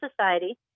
Society